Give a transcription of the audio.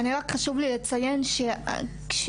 יכול להיות